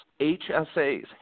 HSAs